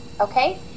okay